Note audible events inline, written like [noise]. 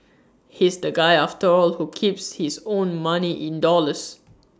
he's the guy after all who keeps his own money in dollars [noise]